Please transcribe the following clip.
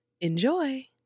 Enjoy